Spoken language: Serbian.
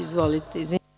Izvolite.